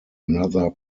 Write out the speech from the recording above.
another